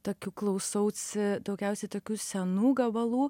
tokių klausausi daugiausiai tokių senų gabalų